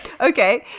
Okay